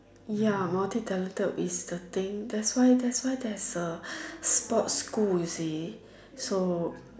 ya multi talented is the thing that's why that's why there is a sports school you see so